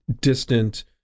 distant